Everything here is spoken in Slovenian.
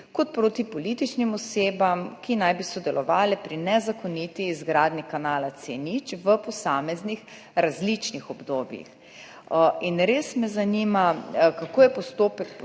kot proti političnim osebam, ki naj bi sodelovale pri nezakoniti izgradnji kanala C0 v posameznih, različnih obdobjih. Res me zanima, kako je potekal